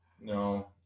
No